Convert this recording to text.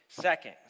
Second